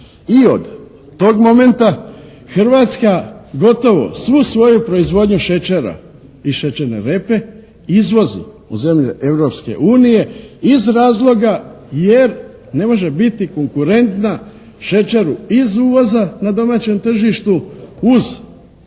I od tog momenta Hrvatska gotovo svu svoju proizvodnju šećera i šećerne repe izvozi u zemlje Europske unije iz razloga jer ne može biti konkurentna šećeru iz uvoza na domaćem tržištu uz punu